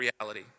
reality